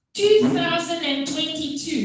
2022